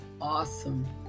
awesome